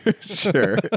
Sure